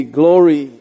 glory